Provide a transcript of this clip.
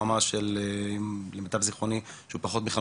שהוא לא היה טוב לדעתי.